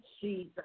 Jesus